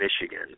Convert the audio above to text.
Michigan